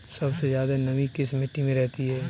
सबसे ज्यादा नमी किस मिट्टी में रहती है?